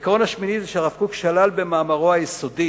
העיקרון השמיני הוא שהרב קוק שלל במאמרו היסודי